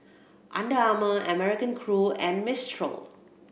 Under Armour American Crew and Mistral